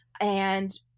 and-